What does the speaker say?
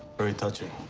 very touching.